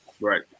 Right